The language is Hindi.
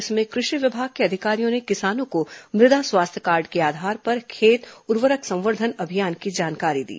इसमें कृषि विभाग के अधिकारियों ने किसानों को मृदा स्वास्थ्य कार्ड के आधार पर खेत उर्वरक संवर्धन अभियान की जानकारी दी